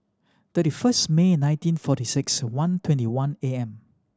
thirty first May nineteen forty six one twenty one A M